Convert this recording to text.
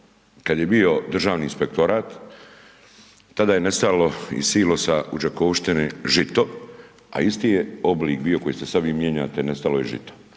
kad je bio Državni inspektorat tada je nestalo iz silosa u Đakovištini žito, a isti je oblik bio koji ste sad vi mijenjate, nestalo je žito.